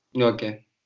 Okay